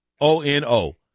O-N-O